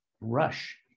rush